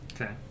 Okay